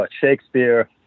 shakespeare